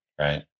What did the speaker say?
right